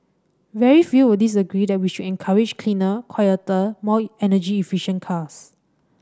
very few will disagree that we should encourage cleaner quieter more energy efficient cars